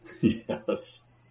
Yes